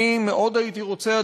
אני מאוד הייתי רוצה,